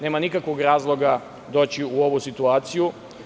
Nema nikakvog razloga doći u ovu situaciju.